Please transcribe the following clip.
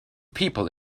people